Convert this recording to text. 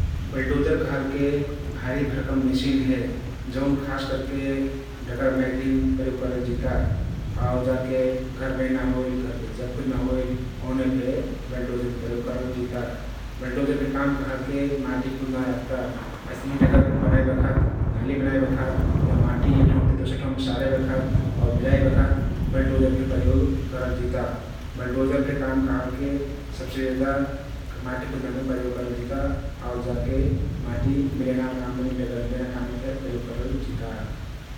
बल्डोजर कहलके भरिभरकम मेसिन हे । जउन खास करके डगर बानइक तहिन प्रयोग करल जिता आउ जाके घर बनैना होइल, घरके जग खुदना होइल ओमने फे बल्डोजरके प्रयोग करलजिता । बल्डोजरके काम कहलके माटी खुदना रहता । अइस्तहिं डगर बनाइ बखत, नाली बनाइ बखत या माटी एक ठाउँति दोसर ठाउँमे सारे बखत आउ मिलाइ बखत बल्डोजरके प्रयोग करल जिता । बल्डोजरके काम कहलके सबसे जेदा माटी खुदनामे प्रोयोग करल जिता आउ जाके माटी मिलैनामे, डगर मिलैना काममे फे प्रयोग करल जिता ।